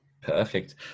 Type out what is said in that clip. perfect